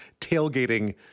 tailgating